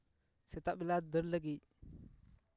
ᱥᱮᱛᱟᱜ ᱵᱮᱞᱟ ᱫᱟᱹᱲ ᱞᱟᱹᱜᱤᱫ